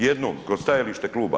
Jednom, kroz stajalište kluba.